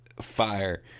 fire